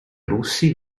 russi